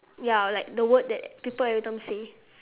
ya like the word that people every time say